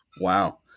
Wow